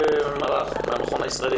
זה לא מוקד הבעיה.